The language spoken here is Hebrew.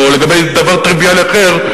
או לגבי דבר טריוויאלי אחר,